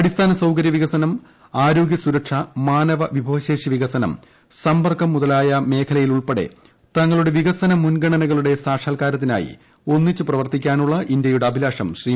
അടിസ്ഥാന സൌകര്യം ആരോഗ്യസുരക്ഷ മാനവവിഭവശേഷി വികസനം സമ്പർക്കം മുതലായ മേഖലയകളിലുൾപ്പെടെ തങ്ങളുടെ വികസന മുൻഗണനകളുടെ സാക്ഷാൽക്കാരത്തിനായി ഒന്നിച്ചു പ്രവർത്തിക്കാനുള്ള ഇന്ത്യയുടെ അഭിലാഷം ശ്രീ